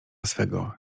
swego